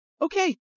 Okay